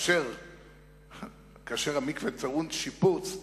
כאשר המקווה טעון שיפוץ,